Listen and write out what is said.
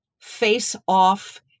face-off